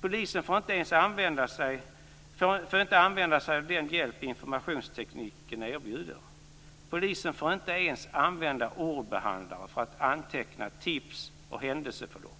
Polisen får inte använda sig av den hjälp informationstekniken erbjuder. Polisen får inte ens använda ordbehandlare för att anteckna tips och händelseförlopp.